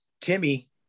Timmy